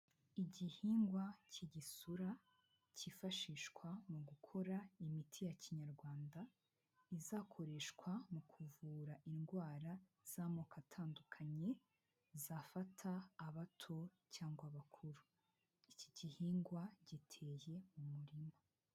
Igihingwa cy'igisura cyifashishwa mu gukora imiti ya kinyarwanda, izakoreshwa mu kuvura indwara z'amoko atandukanye, zafata abato cyangwa abakuru, iki gihingwa giteye mu murima.